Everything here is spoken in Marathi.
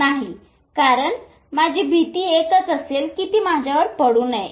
नाही कारण माझी भीती एकच असेल की ती माझ्यावर पडू नये